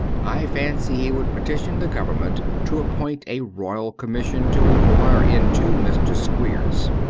i fancy he would petition the government to appoint a royal com mission to inquire into mr. squeers.